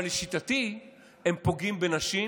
אבל לשיטתי הם פוגעים בנשים,